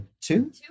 Two